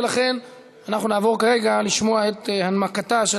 ולכן נעבור כרגע לשמוע את הנמקתה של